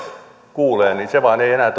kuulee ei vain enää